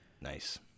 Nice